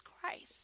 Christ